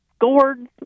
gourds